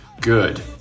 good